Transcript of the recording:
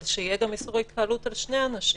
שיהיה איסור התקהלות על שני אנשים.